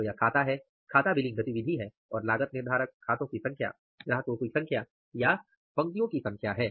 तो यह खाता है खाता बिलिंग गतिविधि है और लागत निर्धारक खातों की संख्या ग्राहकों की संख्या या पंक्तियों की संख्या है